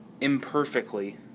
imperfectly